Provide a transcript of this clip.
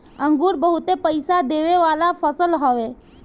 अंगूर बहुते पईसा देवे वाला फसल हवे